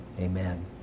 Amen